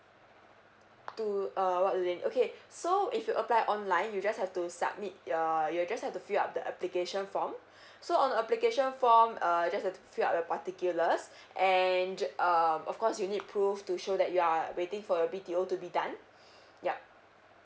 to uh walk in okay so if you apply online you just have to submit your you just have to fill up the application form so on application form uh just to fill up the particulars and um of course you need prove to show that you are waiting for B_T_O to be done yup